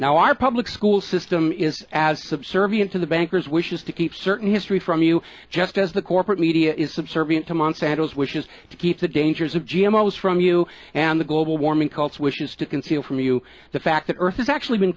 now our public school system is as subservient to the banker's wishes to keep certain history from you just as the corporate media is subservient to monsanto's wishes to keep the dangers of g m o was from you and the global warming cults which is to conceal from you the fact that earth has actually been